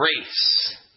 grace